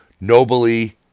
nobly